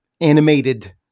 animated